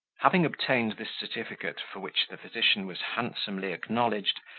having obtained this certificate, for which the physician was handsomely acknowledged,